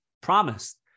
promised